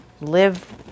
live